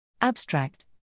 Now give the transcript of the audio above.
Abstract